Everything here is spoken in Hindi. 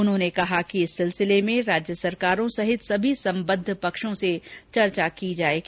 उन्होंने कहा कि इस सिलसिले में राज्य सरकारों सहित सभी संबद्ध पक्षों से चर्चा की जायेगी